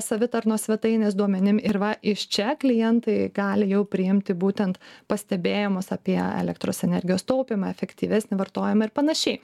savitarnos svetainės duomenim ir va iš čia klientai gali jau priimti būtent pastebėjimus apie elektros energijos taupymą efektyvesnį vartojimą ir panašiai